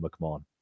McMahon